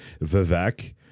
Vivek